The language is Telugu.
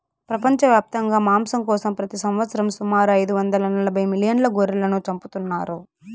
ప్రపంచవ్యాప్తంగా మాంసం కోసం ప్రతి సంవత్సరం సుమారు ఐదు వందల నలబై మిలియన్ల గొర్రెలను చంపుతున్నారు